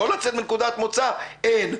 לא לצאת מנקודת מוצא שאין.